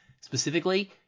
specifically